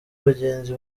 bagenzi